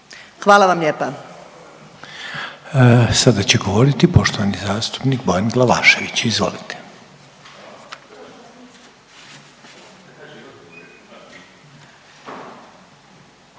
predlagatelja sad će govoriti poštovani zastupnik Bojan Glavašević. Izvolite.